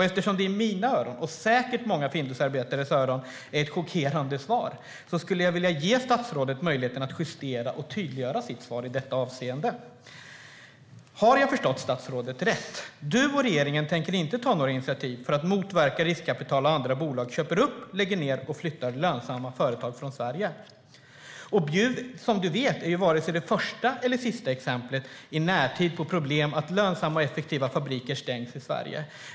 Eftersom detta i mina, och säkert i många Findusarbetares, öron är ett chockerande svar skulle jag vilja ge statsrådet möjligheten att justera och tydliggöra sitt svar i detta avseende. Har jag förstått dig rätt, statsrådet: Tänker du och regeringen inte ta några initiativ för att motverka att riskkapitalbolag och andra bolag köper upp, lägger ned och flyttar lönsamma företag från Sverige? Bjuv är som du vet varken det första eller det sista exemplet i närtid på problemet att lönsamma och effektiva fabriker stängs i Sverige.